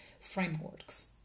frameworks